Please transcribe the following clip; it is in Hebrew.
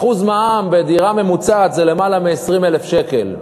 1% מע"מ בדירה ממוצעת זה יותר מ-20,000 שקל,